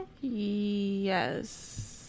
yes